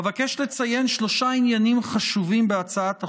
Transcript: אבקש לציין שלושה עניינים חשובים בהצעת החוק,